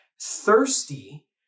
thirsty